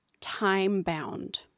time-bound